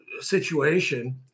situation